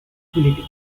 equality